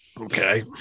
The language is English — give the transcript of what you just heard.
Okay